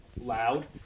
Loud